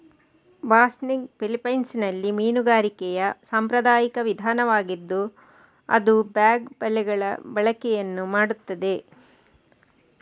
ಬಾಸ್ನಿಗ್ ಫಿಲಿಪೈನ್ಸಿನಲ್ಲಿ ಮೀನುಗಾರಿಕೆಯ ಸಾಂಪ್ರದಾಯಿಕ ವಿಧಾನವಾಗಿದ್ದು ಅದು ಬ್ಯಾಗ್ ಬಲೆಗಳ ಬಳಕೆಯನ್ನು ಮಾಡುತ್ತದೆ